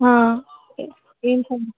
ఏంటండి